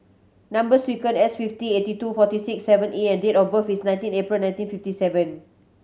number sequence S fifty eighty two forty six seven E and date of birth is nineteen April nineteen fifty seven